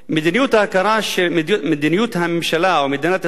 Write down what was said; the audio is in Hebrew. מדיניות הממשלה, או מדינת ישראל,